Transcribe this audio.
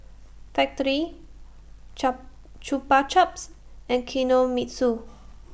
Factorie Chap Chupa Chups and Kinohimitsu